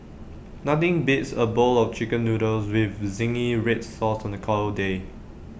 nothing beats A bowl of Chicken Noodles with Zingy Red Sauce on A cold day